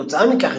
כתוצאה מכך,